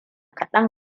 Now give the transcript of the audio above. kaɗan